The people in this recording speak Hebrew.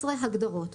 הגדרות11.